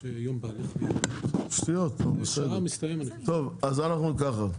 אז --- בסדר, אז אתם תציעו,